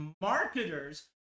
marketers